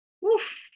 Woof